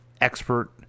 expert